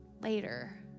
later